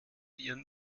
ihren